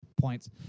points